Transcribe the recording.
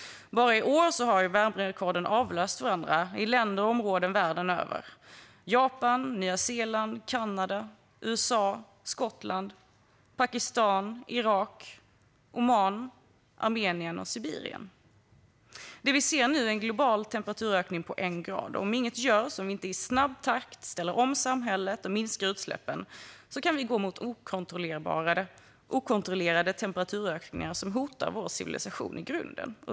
Bara i år har värmerekorden avlöst varandra i länder och områden världen över: Japan, Nya Zeeland, Kanada, USA, Skottland, Pakistan, Irak, Oman, Armenien och Sibirien. Det vi ser nu är en global temperaturökning på en grad. Om inget görs och om vi inte i snabb takt ställer om samhället och minskar utsläppen kan vi gå mot okontrollerade temperaturökningar som hotar vår civilisation i grunden.